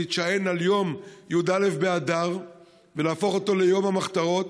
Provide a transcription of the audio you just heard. להישען על י"א באדר ולהפוך אותו ליום המחתרות.